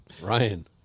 Ryan